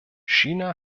china